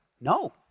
No